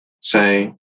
say